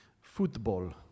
football